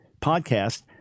podcast